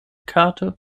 karte